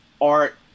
art